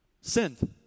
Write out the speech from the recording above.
sinned